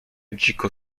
dziko